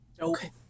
Okay